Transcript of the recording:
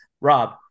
Rob